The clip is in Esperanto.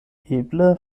eble